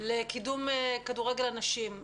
לקידום כדורגל הנשים.